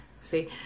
See